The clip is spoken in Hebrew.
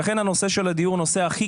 ולכן הנושא של הדיור הוא נושא הכי